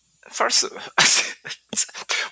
first